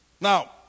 Now